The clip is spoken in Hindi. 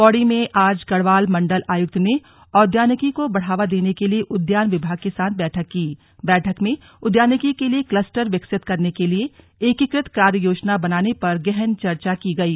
पौड़ी में आज गढ़वाल मण्डल आयुक्त ने औद्यानिकी को बढ़ावा देने के लिए उद्यान विभाग के साथ बैठक की ा बैठक में उद्यानिकी के लिए कलस्टर विकसित करने के लिए एकीकृत कार्ययोजना बनाने पर गहन चर्चा की गयी